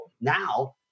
Now